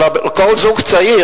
אלא כל זוג צעיר,